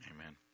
Amen